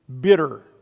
bitter